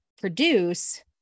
produce